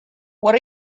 what